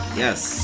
Yes